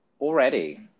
already